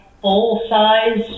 full-size